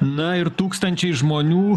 na ir tūkstančiai žmonių